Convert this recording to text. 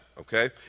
okay